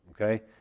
okay